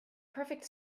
perfect